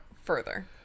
further